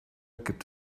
gibt